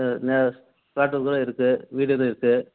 sir பிளாட்டுக்குகூட இருக்கு வீடு இது இருக்கு